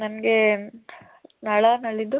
ನನ್ಗೆ ನಾಳೆ ನಾಡಿದ್ದು